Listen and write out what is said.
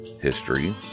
history